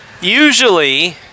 Usually